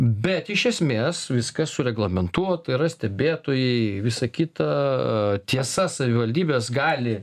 bet iš esmės viskas sureglamentuota yra stebėtojai visa kita tiesa savivaldybės gali